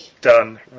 Done